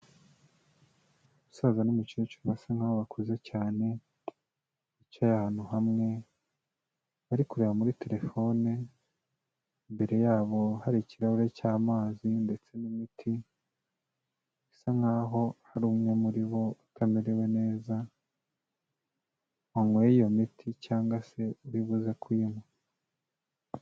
Umusaza n'umukecuru basa nk'aho bakuze cyane bicaye ahantu hamwe bari kureba muri telefone, imbere yabo hari ikirahure cy'amazi ndetse n'imiti bisa nk'aho ari umwe muri bo utamerewe neza, wanyweye iyo miti cyangwa se uribuze kuyinywa.